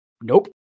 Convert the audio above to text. nope